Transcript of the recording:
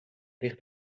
ligt